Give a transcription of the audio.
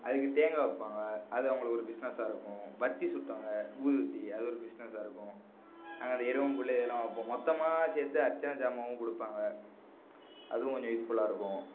அது மாரி தேங்காய் விற்பாங்க அது அவங்களுக்கு ஒரு பிஸ்னஸ்ஸாக இருக்கும் பற்றி சுருட்டுவாங்கள் ஊதுவத்தி அது ஒரு பிஸ்னஸ்ஸாக இருக்கும் நாங்கள் அந்த எருவம் புல் இதெலாம் விற்போம் மொத்தமாக சேர்த்து அர்ச்சனை ஜாமானும் கொடுப்பாங்க அதுவும் கொஞ்சம் யூஸ்ஃபுல்லாக இருக்கும்